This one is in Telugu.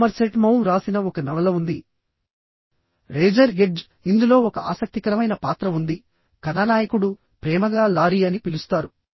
సోమర్సెట్ మౌమ్ రాసిన ఒక నవల ఉంది రేజర్ ఎడ్జ్ ఇందులో ఒక ఆసక్తికరమైన పాత్ర ఉంది కథానాయకుడు ప్రేమగా లారీ అని పిలుస్తారు